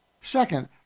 Second